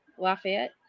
Lafayette